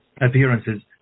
appearances